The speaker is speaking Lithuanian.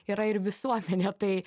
yra ir visuomenė tai